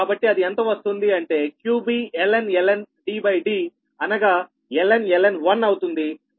కాబట్టి అది ఎంత వస్తుంది అంటే qbln DDఅనగా ln 1అవుతుంది